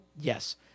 Yes